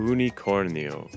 Unicornio